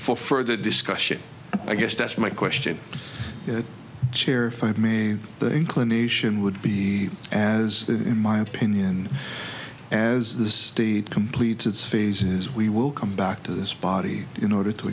for further discussion i guess that's my question that chair five may the inclination would be as in my opinion as the state completes its phases we will come back to this body in order to